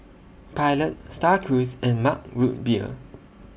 Pilot STAR Cruise and Mug Root Beer